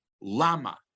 lama